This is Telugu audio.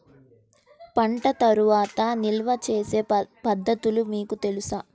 పంట తర్వాత నిల్వ చేసే పద్ధతులు మీకు తెలుసా?